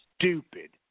stupid